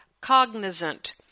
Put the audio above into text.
cognizant